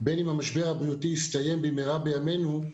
בין אם המשבר הבריאותי יסתיים במהרה בימינו,